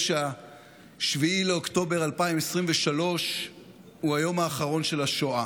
ש-7 באוקטובר 2023 הוא היום האחרון של השואה.